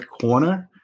corner